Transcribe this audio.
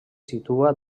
situa